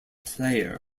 player